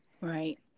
right